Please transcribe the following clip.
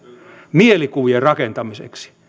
mielikuvien rakentamiseksi